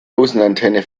außenantenne